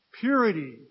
Purity